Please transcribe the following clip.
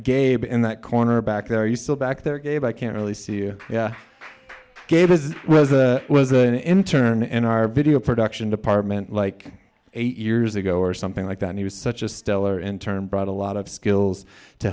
gabe in that corner back there you still back there gabe i can't really see you gave us was an internist in our video production department like eight years ago or something like that he was such a stellar inturn brought a lot of skills to